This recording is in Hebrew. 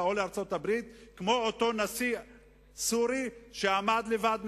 או לארצות-הברית כמו אותו נשיא סורי שעמד לבד,